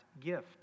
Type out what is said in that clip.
gift